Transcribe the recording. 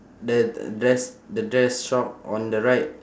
the dress the dress shop on the right